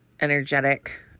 energetic